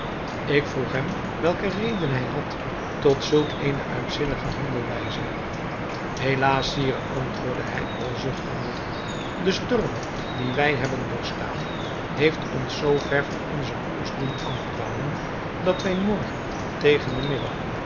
ik vroeg hem welke reden hij had tot zulk eene uitzinnige handelwijze helaas sire antwoordde hij al zuchtende de storm die wij hebben doorgestaan heeft ons zoo ver van onzen koers doen afdwalen dat wij morgen tegen den middag